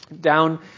down